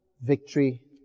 victory